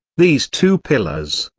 these two pillars,